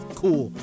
cool